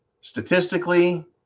statistically